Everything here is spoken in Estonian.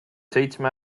seitsme